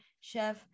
chef